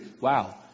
Wow